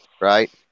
right